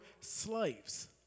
slaves